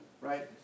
right